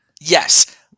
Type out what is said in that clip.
Yes